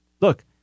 Look